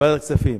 לוועדת הכספים.